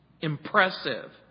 impressive